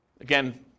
Again